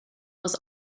was